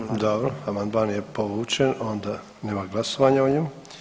Amandman je povučen, onda nema glasovanja o njemu.